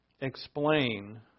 explain